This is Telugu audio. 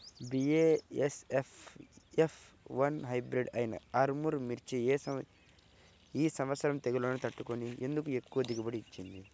బీ.ఏ.ఎస్.ఎఫ్ ఎఫ్ వన్ హైబ్రిడ్ అయినా ఆర్ముర్ మిర్చి ఈ సంవత్సరం తెగుళ్లును తట్టుకొని ఎందుకు ఎక్కువ దిగుబడి ఇచ్చింది?